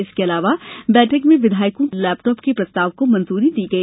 इसके अलावा बैठक में विधायकों के लिए लैपटॉप के प्रस्ताव को मंजूरी दी गई